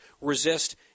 resist